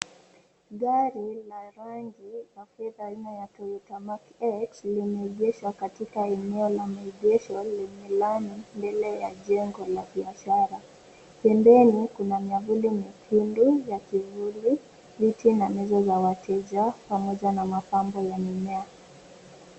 Gari la rangi ya fedha aina ya Toyota Mac X, limeegeshwa katika eneo la maegesho, lenye lami mbele ya jengo la biashara. Pembeni kuna myavali nyekundu ya kivuli, viti , na meza za wateja, pamoja na mimea.